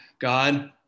God